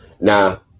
Now